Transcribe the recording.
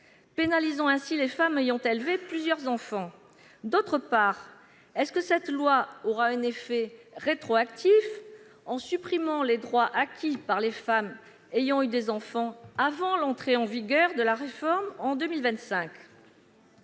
pénalisant ainsi les femmes ayant élevé plusieurs enfants ? Par ailleurs, cette loi aura-t-elle un effet rétroactif en supprimant les droits acquis par les femmes ayant eu des enfants avant l'entrée en vigueur de la réforme en 2025 ?